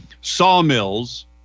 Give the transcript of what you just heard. sawmills